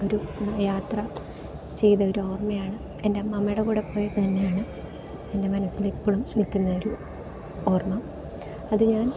ഒരു യാത്ര ചെയ്ത ഒരു ഓർമ്മയാണ് എൻ്റെ അമ്മമ്മയുടെ കൂടെ പോയത് തന്നെയാണ് എൻ്റെ മനസ്സിൽ ഇപ്പോളും നിൽക്കുന്നൊരു ഓർമ്മ അത് ഞാൻ